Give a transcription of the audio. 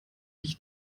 ich